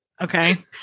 Okay